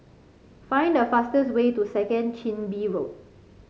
find the fastest way to Second Chin Bee Road